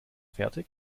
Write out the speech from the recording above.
fertig